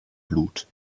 blut